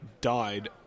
died